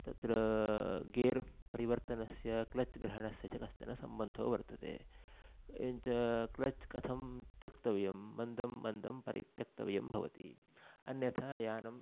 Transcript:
तत्र गेर् परिवर्तनस्य क्लच् ग्रहणस्य च कश्चन सम्बन्धो वर्तते किञ्च क्लच् कथं त्यक्तव्यं मन्दं मन्दं परित्यक्तव्यं भवति अन्यथा यानम्